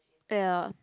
ya